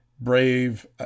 brave